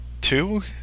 Two